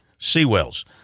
Seawells